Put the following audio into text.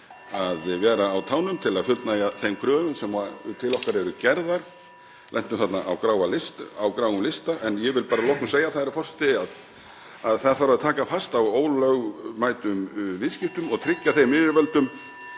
að vera á tánum til að fullnægja þeim kröfum sem til okkar eru gerðar. Við lentum þarna á gráum lista. En ég vil að lokum segja það, herra forseti, að það þarf að taka fast á ólögmætum viðskiptum og tryggja þeim yfirvöldum